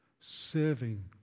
serving